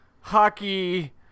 hockey